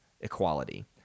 equality